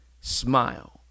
Smile